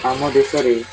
ଆମ ଦେଶରେ